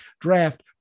draft